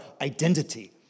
identity